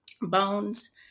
bones